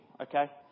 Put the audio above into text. okay